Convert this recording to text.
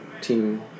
team